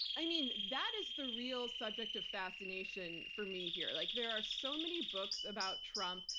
i mean, that is the real subject of fascination for me here. like there are so many books about trump.